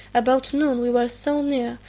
about noon we were so near,